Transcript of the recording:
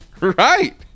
Right